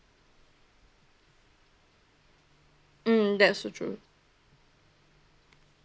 mm that's so true